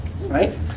Right